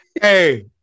Hey